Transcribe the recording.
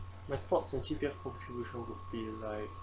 my thoughts would be like